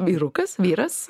vyrukas vyras